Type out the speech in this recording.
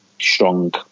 strong